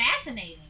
fascinating